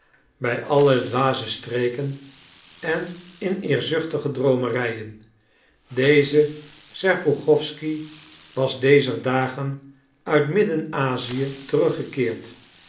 bij alle dwaze streken en in eerzuchtige droomerijen deze serpuchowsky was dezer dagen uit midden azië teruggekeerd